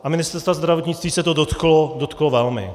A Ministerstva zdravotnictví se to dotklo velmi.